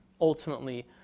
ultimately